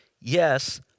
yes